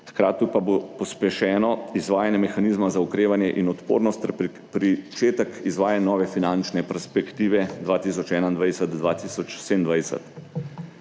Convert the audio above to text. hkrati pa bo pospešeno izvajanje mehanizma za okrevanje in odpornost ter pričetek izvajanja nove finančne perspektive 2021-2027.